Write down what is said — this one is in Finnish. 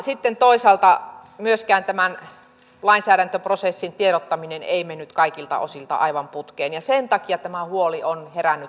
sitten toisaalta myöskään tämän lainsäädäntöprosessin tiedottaminen ei mennyt kaikilta osiltaan aivan putkeen ja sen takia tämä huoli on herännyt tuolla kentällä